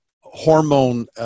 hormone